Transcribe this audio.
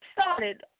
started